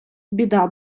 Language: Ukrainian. біда